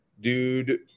dude